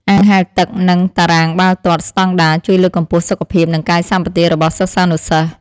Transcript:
អាងហែលទឹកនិងតារាងបាល់ទាត់ស្តង់ដារជួយលើកកម្ពស់សុខភាពនិងកាយសម្បទារបស់សិស្សានុសិស្ស។